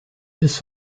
bis